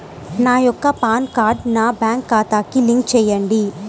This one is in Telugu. నా యొక్క పాన్ కార్డ్ని నా బ్యాంక్ ఖాతాకి లింక్ చెయ్యండి?